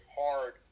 hard